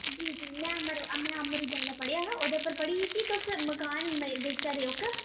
जी जी में अमर अमर उजाला पढ़ेआ हा ओह्दे पर पढ़ी ही कि तुस मकान बेचै दे ओ इक्क